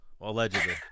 allegedly